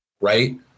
right